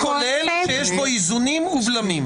כולל שיש כאן איזונים ובלמים.